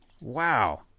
Wow